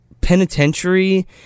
penitentiary